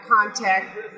contact